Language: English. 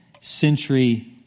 century